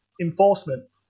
enforcement